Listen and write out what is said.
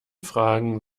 fragen